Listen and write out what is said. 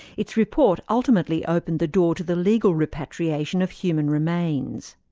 its report ultimately opened the door to the legal repatriation of human remains.